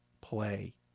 play